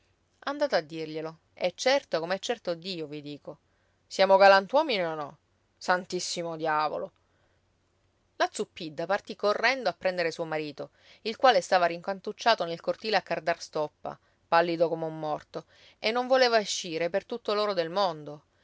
andate a dirglielo è certo come è certo dio vi dico siamo galantuomini o no santissimo diavolo la zuppidda partì correndo a prendere suo marito il quale stava rincantucciato nel cortile a cardar stoppa pallido come un morto e non voleva escire per tutto l'oro del mondo